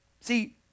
see